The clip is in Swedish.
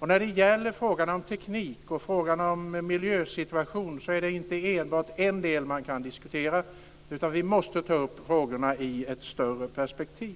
När det gäller frågan om teknik och frågan om miljösituationen kan man inte diskutera enbart en del. Vi måste ta upp frågorna i ett större perspektiv.